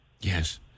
Yes